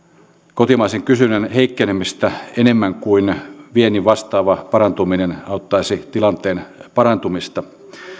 kotimaisen kysynnän heikkenemistä enemmän kuin viennin vastaava parantuminen auttaisi tilanteen parantumista